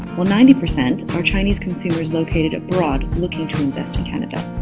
while ninety percent are chinese consumers located abroad looking to invest in canada.